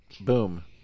Boom